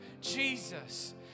Jesus